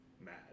mad